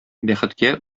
бәхеткә